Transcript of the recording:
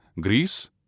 Greece